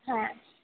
হ্যাঁ